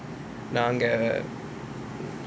நான் அங்க:nan anga